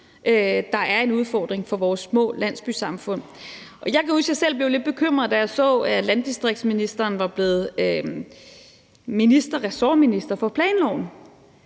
der er en udfordring for vores små landsbysamfund. Jeg kan huske, at jeg selv blev lidt bekymret, da jeg så, at landdistriktsministeren var blevet ressortminister for planloven,